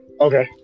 Okay